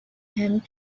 him